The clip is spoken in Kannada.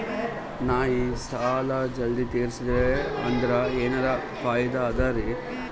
ನಾ ಈ ಸಾಲಾ ಜಲ್ದಿ ತಿರಸ್ದೆ ಅಂದ್ರ ಎನರ ಫಾಯಿದಾ ಅದರಿ?